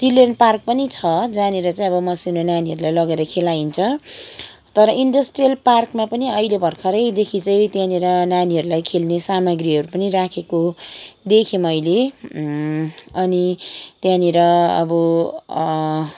children park पनि छ जहाँनिर चाहिँ अब मसिनो नानीहरूलाई लगेर खेलाइन्छ तर इन्डस्ट्रियल पार्कमा पनि अहिले भर्खरैदेखि चाहिँ त्यहाँनिर नानीहरूलाई खेल्ने सामाग्रीहरू पनि राखेको देखेँ मैले अनि त्यहाँनिर अब